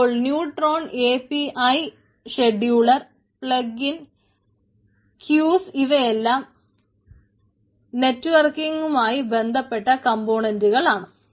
അപ്പോൾ Neutron API scheduler plugin queues ഇവയെല്ലാം networking മായി ബന്ധപ്പെട്ട കംപോണന്റുകൾ ആണ്